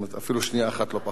אפילו שנייה אחת לא פחות.